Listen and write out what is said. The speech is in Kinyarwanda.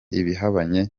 ibihabanye